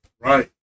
Right